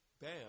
Bam